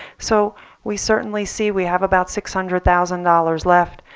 so we certainly see we have about six hundred thousand dollars left.